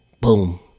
boom